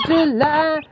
July